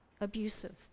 abusive